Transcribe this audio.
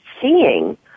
seeing